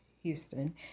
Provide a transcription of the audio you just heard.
Houston